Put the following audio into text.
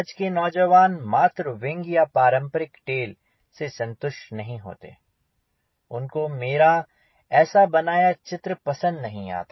आज के नौजवान मात्र विंग या पारंपरिक टेल से संतुष्ट नहीं होते उनको मेरा ऐसा बनाया चित्र पसंद नहीं आता